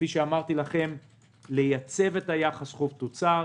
כלומר לייצב את היחס חוב-תוצר.